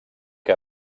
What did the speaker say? que